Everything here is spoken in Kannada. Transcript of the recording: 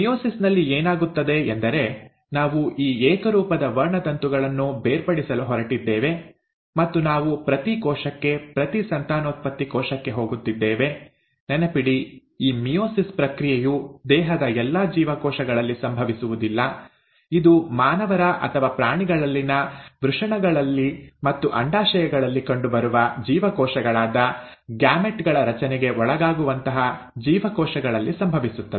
ಮಿಯೋಸಿಸ್ ನಲ್ಲಿ ಏನಾಗುತ್ತದೆ ಎಂದರೆ ನಾವು ಈ ಏಕರೂಪದ ವರ್ಣತಂತುಗಳನ್ನು ಬೇರ್ಪಡಿಸಲು ಹೊರಟಿದ್ದೇವೆ ಮತ್ತು ನಾವು ಪ್ರತಿ ಕೋಶಕ್ಕೆ ಪ್ರತಿ ಸಂತಾನೋತ್ಪತ್ತಿ ಕೋಶಕ್ಕೆ ಹೋಗುತ್ತಿದ್ದೇವೆ ನೆನಪಿಡಿ ಈ ಮಿಯೋಸಿಸ್ ಪ್ರಕ್ರಿಯೆಯು ದೇಹದ ಎಲ್ಲಾ ಜೀವಕೋಶಗಳಲ್ಲಿ ಸಂಭವಿಸುವುದಿಲ್ಲ ಇದು ಮಾನವರ ಅಥವಾ ಪ್ರಾಣಿಗಳಲ್ಲಿನ ವೃಷಣಗಳಲ್ಲಿ ಮತ್ತು ಅಂಡಾಶಯಗಳಲ್ಲಿ ಕಂಡುಬರುವ ಜೀವಕೋಶಗಳಾದ ಗ್ಯಾಮೆಟ್ ಗಳ ರಚನೆಗೆ ಒಳಗಾಗುವಂತಹ ಜೀವಕೋಶಗಳಲ್ಲಿ ಸಂಭವಿಸುತ್ತದೆ